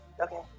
Okay